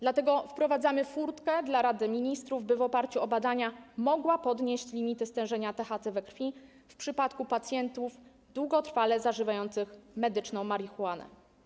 Dlatego wprowadzamy furtkę dla Rady Ministrów, by na podstawie badań mogła podnieść limity stężenia THC we krwi w przypadku pacjentów długotrwale zażywających medyczną marihuanę.